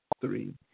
three